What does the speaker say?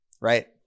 right